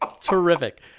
terrific